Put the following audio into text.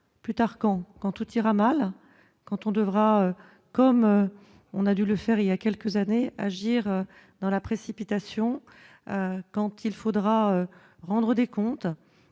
plus tard quand, quand tout ira mal quand on devra, comme on a dû le faire il y a quelques années, agir dans la précipitation, quand il faudra rendre des comptes